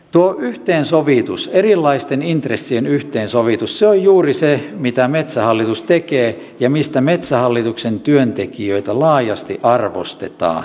tuo erilaisten intressien yhteensovitus on juuri se mitä metsähallitus tekee ja mistä metsähallituksen työntekijöitä laajasti arvostetaan